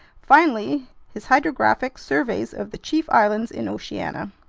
finally his hydrographic surveys of the chief islands in oceania.